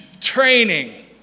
training